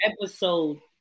episode